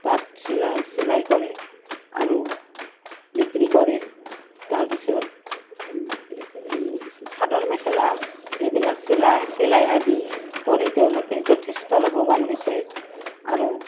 তাত চিলাই চিলাই কৰে আৰু বিক্ৰী কৰে তাৰপিছত এই চাদৰ মেখেলা এইবিলাক চিলায় চিলাই আদি কৰি তেওঁলোকে যথেষ্ট লাভৱান হৈছে আৰু